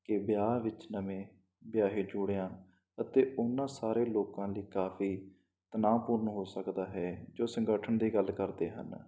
ਕਿ ਵਿਆਹ ਵਿੱਚ ਨਵੇਂ ਵਿਆਹੇ ਜੋੜਿਆਂ ਅਤੇ ਉਨ੍ਹਾਂ ਸਾਰੇ ਲੋਕਾਂ ਲਈ ਕਾਫ਼ੀ ਤਣਾਅਪੂਰਨ ਹੋ ਸਕਦਾ ਹੈ ਜੋ ਸੰਗਠਨ ਦੀ ਗੱਲ ਕਰਦੇ ਹਨ